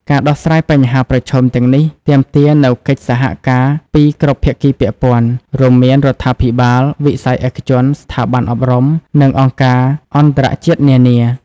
ការដោះស្រាយបញ្ហាប្រឈមទាំងនេះទាមទារនូវកិច្ចសហការពីគ្រប់ភាគីពាក់ព័ន្ធ រួមមានរដ្ឋាភិបាល វិស័យឯកជន ស្ថាប័នអប់រំ និងអង្គការអន្តរជាតិនានា។